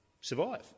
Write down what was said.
survive